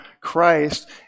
Christ